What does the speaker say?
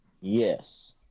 Yes